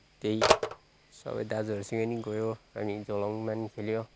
त्यही सबै दाजुहरूसँग पनि गयो अनि झोलुङमा पनि खेल्यौँ